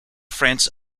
france